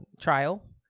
trial